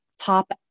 top